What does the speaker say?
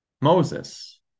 Moses